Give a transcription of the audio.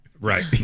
Right